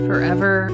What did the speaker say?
Forever